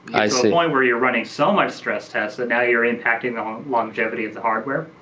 so point where you're running so much stress tests and now you're impacting the um longevity of the hardware.